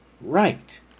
right